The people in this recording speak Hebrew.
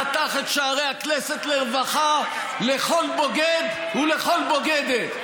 פתח את שערי הכנסת לרווחה לכל בוגד ולכל בוגדת,